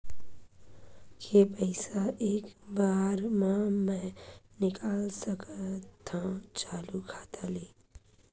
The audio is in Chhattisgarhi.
के पईसा एक बार मा मैं निकाल सकथव चालू खाता ले?